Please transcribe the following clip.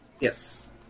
Yes